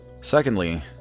Secondly